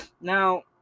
Now